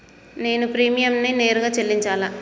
నేను ప్రీమియంని నేరుగా చెల్లించాలా?